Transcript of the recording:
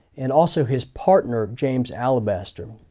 and also his partner james alabaster.